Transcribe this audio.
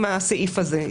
עם הסעיף הזה.